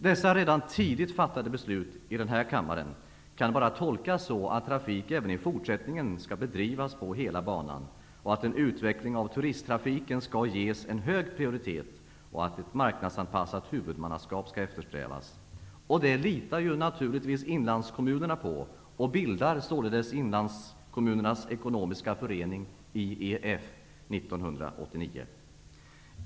Dessa i kammaren tidigt fattade beslut kan bara tolkas så att trafik även i fortsättningen skall bedrivas på hela banan, att en utveckling av turisttrafiken skall ges en hög prioritet och att ett marknadsanpassat huvudmannaskap skall eftersträvas. Detta litar naturligtvis inlandskommunerna på och bildar 1989.